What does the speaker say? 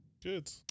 Good